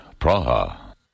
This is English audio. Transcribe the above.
Praha